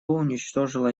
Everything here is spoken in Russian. уничтожило